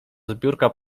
zbiórka